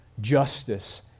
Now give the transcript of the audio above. justice